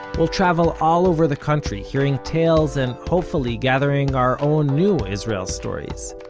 we'll travel all over the country, hearing tales, and hopefully gathering our own new israel stories.